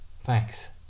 Thanks